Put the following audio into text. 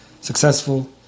successful